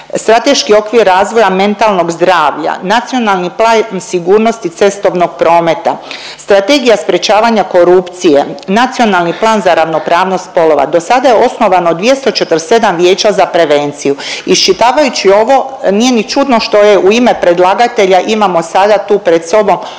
Strateški okvir razvoja mentalnog zdravlja, nacionalni plan sigurnosti cestovnog prometa, strategija sprječavanja korupcije, nacionalni plan za ravnopravnost spolova. Do sada je osnovano 247 vijeća za prevenciju. Iščitavajući ovo nije ni čudno što je u ime predlagatelja imamo sada tu pred sobom 8 najviše